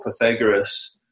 Pythagoras